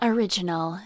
Original